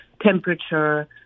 temperature